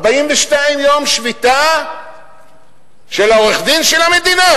42 יום שביתה של העורך-דין של המדינה.